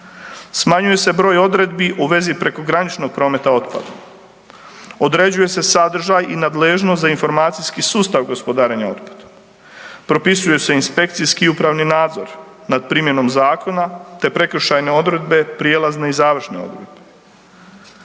Smanjuje se broj odredbi u vezi prekograničkog prometa otpadom, određuje se sadržaj i nadležnost za informacijski sustav gospodarenja otpadom, propisuje se inspekcijski i upravni nadzor nad primjenom zakona, te prekršajne odredbe, prijelazne i završne odredbe.